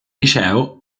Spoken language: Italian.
liceo